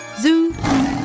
Zoo